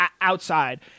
outside